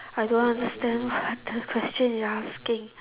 I don't understand the question you're asking